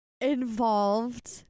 involved